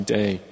day